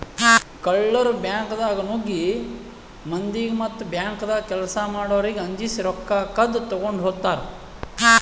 ಕಳ್ಳರ್ ಬ್ಯಾಂಕ್ದಾಗ್ ನುಗ್ಗಿ ಮಂದಿಗ್ ಮತ್ತ್ ಬ್ಯಾಂಕ್ದಾಗ್ ಕೆಲ್ಸ್ ಮಾಡೋರಿಗ್ ಅಂಜಸಿ ರೊಕ್ಕ ಕದ್ದ್ ತಗೊಂಡ್ ಹೋತರ್